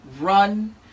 Run